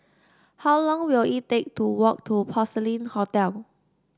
how long will it take to walk to Porcelain Hotel